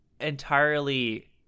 entirely